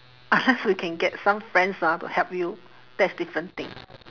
so we can get some friends lah to help you that's different thing